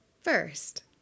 First